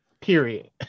period